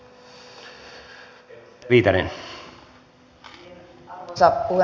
arvoisa puhemies